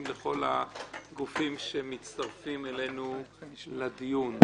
לכל הגופים שמצטרפים אלינו לדיון.